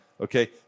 Okay